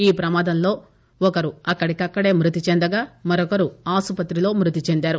ఈ పమాదంలో ఒకరు అక్కడికక్కడే మ్బతి చెందగా మరొకరు ఆస్పతిలో మ్బతి చెందారు